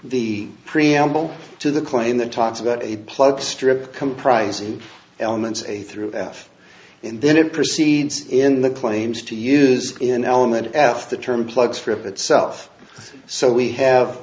the preamble to the claim that talks about a plug strip comprising elements a through f and then it proceeds in the claims to use an element f the term plugs for of itself so we have